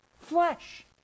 Flesh